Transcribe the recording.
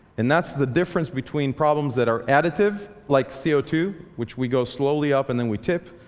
and that's the difference between problems that are additive, like c o two, which we go slowly up and then we tip,